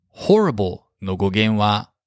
Horribleの語源は、